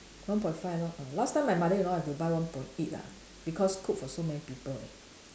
one point five lor ah last time my mother-in-law have to buy one point eight ah because cook for so many people